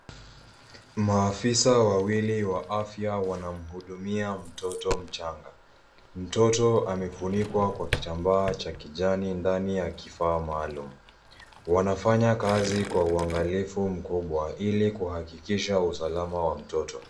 Maafisa wawili wa afya wanamuhudumia mtoto mchanga, mtoto amefunikwa kwa kitambaa cha kijani ndani ya kifaa maalum wanafanya kazi kwa uangalifu mkubwa ili kuhakikisha usalama wa mtoto.